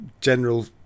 general